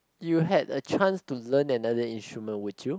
you had a chance to learn another instrument would you